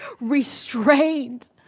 restrained